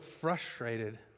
frustrated